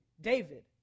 David